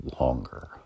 longer